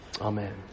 Amen